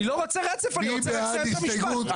אני לא רוצה רצף, אני רוצה לסיים את המשפט.